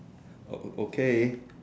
okay